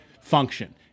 function